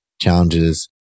challenges